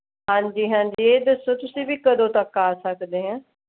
ਹਾਂਜੀ ਹਾਂਜੀ ਇਹ ਦੱਸੋ ਤੁਸੀਂ ਵੀ ਕਦੋਂ ਤੱਕ ਆ ਸਕਦੇ ਹੈ